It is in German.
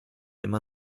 immer